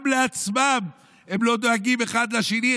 גם לעצמם הם לא דואגים, האחד לשני.